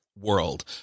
world